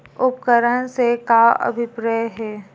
उपकरण से का अभिप्राय हे?